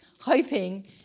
hoping